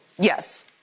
Yes